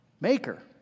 Maker